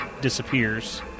disappears